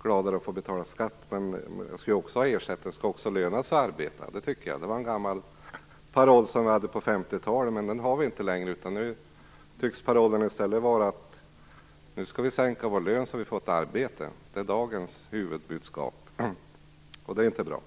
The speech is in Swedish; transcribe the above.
större glädje betalar sin skatt. Men det skall också löna sig att arbeta. Det är en gammal paroll från 50-talet, som vi inte längre håller oss till. Dagens huvudbudskap tycks i stället vara att vi skall sänka vår lön för att få ett arbete, och det är inte bra.